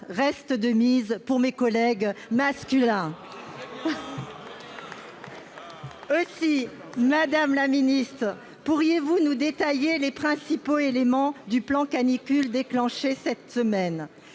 reste de mise pour mes collègues masculins ... Aussi, pourriez-vous nous détailler les principaux éléments du plan Canicule déclenché cette semaine